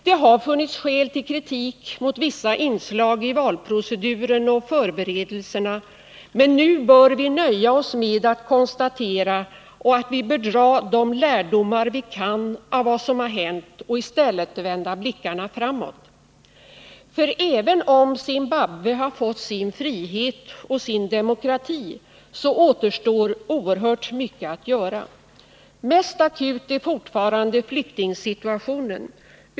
Det har funnits skäl till kritik mot vissa inslag i valproceduren och förberedelserna, men nu bör vi nöja oss med att konstatera att vi bör dra de lärdomar vi kan av vad som hänt och i stället vända blickarna framåt. För även om Zimbabwe har fått sin frihet och sin demokrati så återstår oerhört mycket att göra. Mest akut är fortfarande flyktingsituationen.